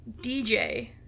DJ